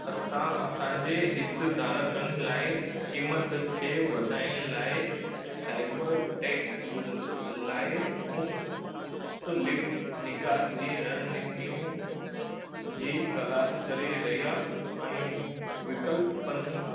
असां असांजे हित धाडकनि लाइ क़ीमत खे वधाइण लाइ साइबर टैक लाइ मुख़्तलिफ़ निकास जी रणनीतियूं जी तलाश करे रहिया आहियूं विक्लपनि